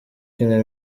kina